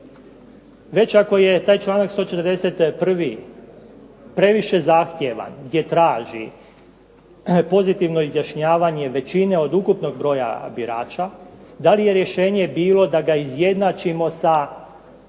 Već ako je taj članak 141. previše zahtjevan gdje traži pozitivno izjašnjavanje većine od ukupnog broja birača, da li je rješenje bilo da ga izjednačimo sa